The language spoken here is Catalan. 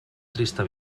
trista